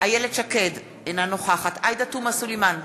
איילת שקד, אינה נוכחת עאידה תומא סלימאן,